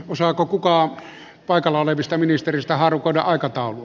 osaako kukaan paikalla olevista ministereistä haarukoida aikataulua